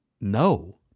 No